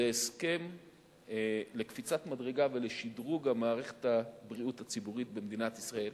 זה הסכם לקפיצת מדרגה ולשדרוג מערכת הבריאות הציבורית במדינת ישראל.